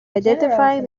identifying